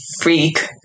freak